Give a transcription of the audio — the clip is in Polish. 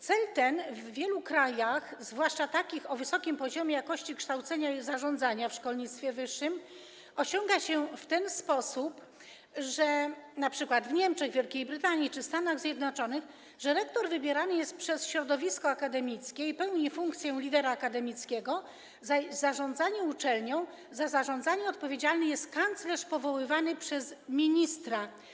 Cel ten w wielu krajach, zwłaszcza tych o wysokim poziomie jakości kształcenia i zarządzania w szkolnictwie wyższym, osiąga się w ten sposób, np. w Niemczech, Wielkiej Brytanii czy Stanach Zjednoczonych, że rektor wybierany jest przez środowisko akademickie i pełni funkcję lidera akademickiego, a za zarządzanie odpowiedzialny jest kanclerz powoływany przez ministra.